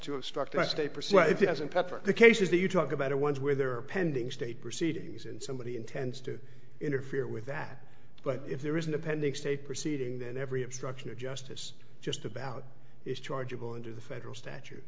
obstruct i stay present if he doesn't pepper the cases that you talk about are ones where there are pending state proceedings and somebody intends to interfere with that but if there isn't a pending state proceeding then every obstruction of justice just about is chargeable into the federal statu